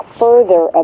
further